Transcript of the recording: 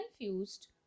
confused